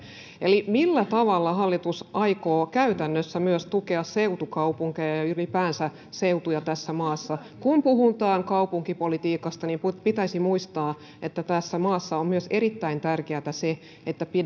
eli millä tavalla hallitus aikoo käytännössä tukea myös seutukaupunkeja ja ja ylipäänsä seutuja tässä maassa kun puhutaan kaupunkipolitiikasta niin pitäisi muistaa että tässä maassa on myös erittäin tärkeätä se että